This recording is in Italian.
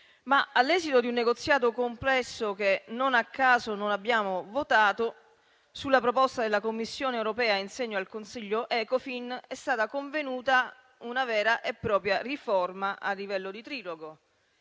all'esito di un negoziato complesso - non a caso non abbiamo votato - sulla proposta della Commissione europea in seno al Consiglio Ecofin, è stata convenuta una vera e propria riforma a livello di trilogo,